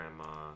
grandma